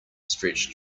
stretched